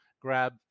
grab